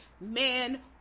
man